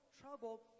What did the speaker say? trouble